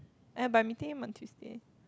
I by meeting him on Tuesday